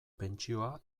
pentsioa